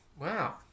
wow